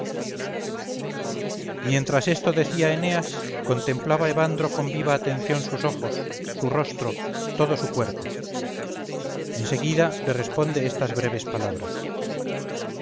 mientras esto decía eneas contemplaba evandro con viva atención sus ojos su rostro todo su cuerpo en seguida le responde estas breves palabras